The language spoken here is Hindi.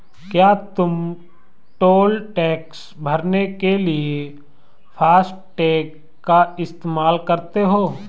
क्या तुम टोल टैक्स भरने के लिए फासटेग का इस्तेमाल करते हो?